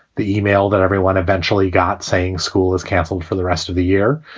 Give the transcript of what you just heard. the e-mail that everyone eventually got saying school is canceled for the rest of the year.